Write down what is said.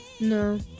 No